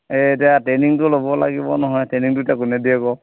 এই এতিয়া ট্ৰেইনিংটো ল'ব লাগিব নহয় ট্ৰেইনিংটো এতিয়া কোনে দিয়ে বাৰু